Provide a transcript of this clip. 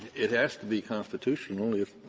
it has to be constitutional if